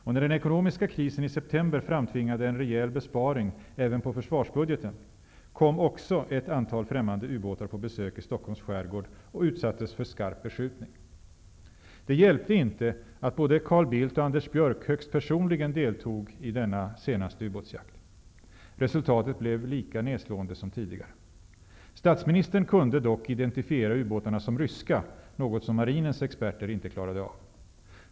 Och när den ekonomiska krisen i september framtvingade en rejäl besparing även på försvarsbudgeten, kom också ett antal främmande ubåtar på besök i Det hjälpte inte att både Carl Bildt och Anders Björck högst personligen deltog i den senaste ubåtsjakten. Resultatet blev lika nedslående som tidigare. Statsministern kunde dock identifiera ubåtarna som ryska, något som marinens experter inte klarade av.